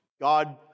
God